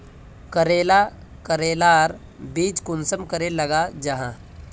करेला करेलार बीज कुंसम करे लगा जाहा?